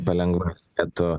palengva kad